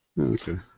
Okay